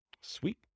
Sweet